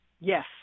Yes